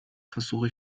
versuche